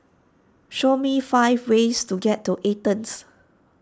show me five ways to get to Athens